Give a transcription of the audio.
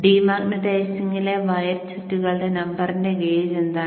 ഡീമാഗ്നെറ്റൈസിംഗിലെ wire ചുറ്റുകളുടെ നമ്പറിന്റെ gauge എന്താണ്